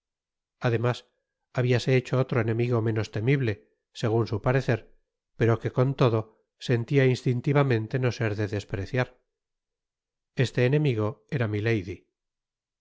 además habiase hecho otro enemigo menos temible segun su parecer pero que con todo sentia instintivamente no ser de despreciar este enemigo era milady